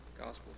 gospel